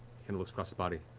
and looks across the body.